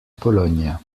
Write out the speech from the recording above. pologne